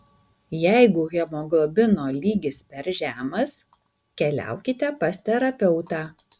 jeigu hemoglobino lygis per žemas keliaukite pas terapeutą